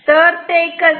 तर ते कसे